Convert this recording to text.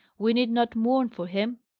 we need not mourn for him.